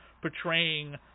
portraying